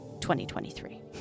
2023